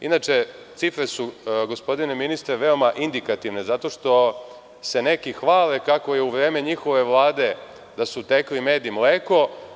Inače, cifre su, gospodine ministre, veoma indikativne zato što se neki hvale kako je u vreme njihove vlade teklo med i mleko.